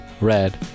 red